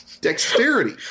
Dexterity